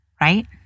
Right